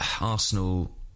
Arsenal